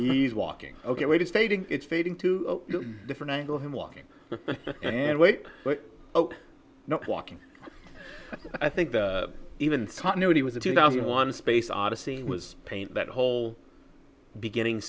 he's walking ok wait is fading it's fading to different angles him walking and weight but not walking i think even continuity was a two thousand one space odyssey was paint that whole beginning